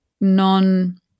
non